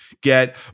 get